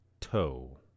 toe